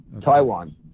Taiwan